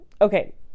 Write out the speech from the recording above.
Okay